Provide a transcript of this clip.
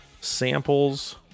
samples